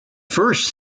first